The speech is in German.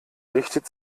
richtet